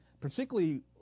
Particularly